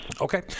Okay